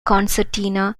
concertina